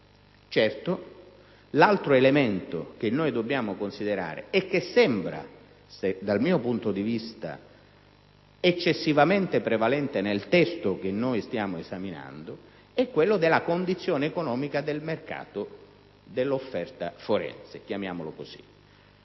Certo, l'altro elemento che dobbiamo considerare, e che dal mio punto di vista sembra eccessivamente prevalente nel testo che stiamo esaminando, è quello della condizione economica del mercato dell'offerta forense. Sono